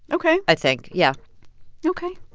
ok. i think. yeah ok.